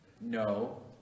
No